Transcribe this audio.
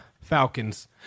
Falcons